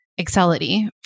Excelity